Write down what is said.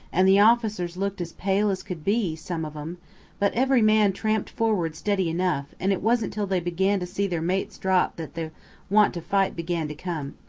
and the officers looked as pale as could be, some of em but every man tramped forward steady enough, and it wasn't till they began to see their mates drop that the want to fight began to come.